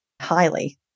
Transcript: highly